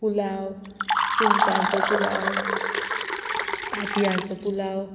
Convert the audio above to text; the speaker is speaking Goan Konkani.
पुलाव सुंगटांचो पुलाव तांतयांचो पुलाव